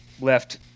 left